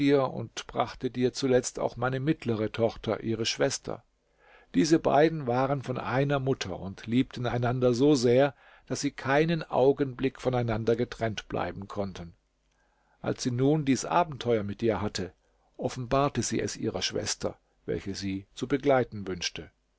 und brachte dir zuletzt auch meine mittlere tochter ihre schwester diese beiden waren von einer mutter und liebten einander so sehr daß sie keinen augenblick voneinander getrennt bleiben konnten als sie nun dies abenteuer mit dir hatte offenbarte sie es ihrer schwester welche sie zu begleiten wünschte